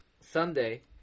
Sunday